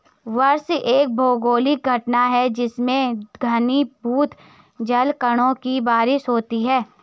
वर्षा एक भौगोलिक घटना है जिसमें घनीभूत जलकणों की बारिश होती है